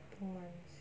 two months